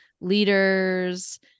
leaders